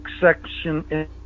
section